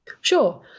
Sure